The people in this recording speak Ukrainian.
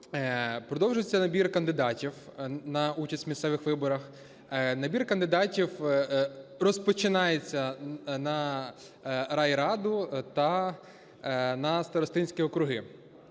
Продовжується набір кандидатів на участь в місцевих виборах. Набір кандидатів розпочинається на райраду та на старостинські округи.